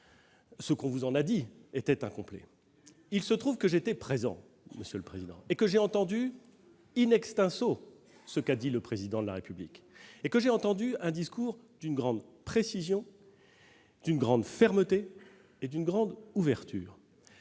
ce que l'on vous en a dit était incomplet. Il se trouve que j'étais présent, monsieur le président Kanner, et que j'ai entendu le discours du Président de la République : un discours d'une grande précision, d'une grande fermeté et d'une grande ouverture.